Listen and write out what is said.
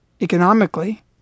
economically